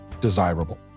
desirable